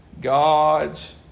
God's